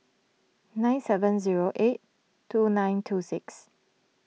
nine seven zero eight two nine two six